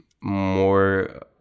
more